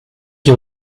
you